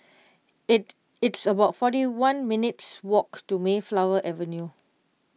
it it's about forty one minutes' walk to Mayflower Avenue